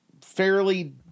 fairly